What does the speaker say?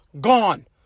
Gone